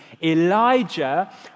Elijah